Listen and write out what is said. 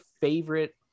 favorite